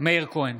מאיר כהן,